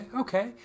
okay